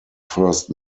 first